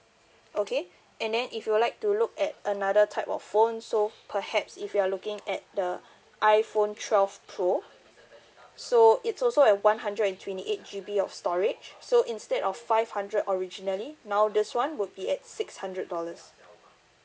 okay and then if you'd like to look at another type of phone so perhaps if you're looking at the iphone twelve pro so it's also have one hundred and twenty eight G_B of storage so instead of five hundred originally now this one would be at six hundred dollars